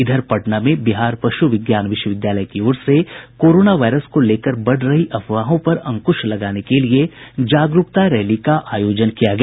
इधर पटना में बिहार पशु विज्ञान विश्वविद्यालय की ओर से कोरोना वायरस को लेकर बढ़ रही अफवाहों पर अंकुश लगाने के लिये जागरूकता रैली का आयोजन किया गया